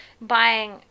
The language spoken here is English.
buying